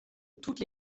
toutes